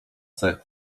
cech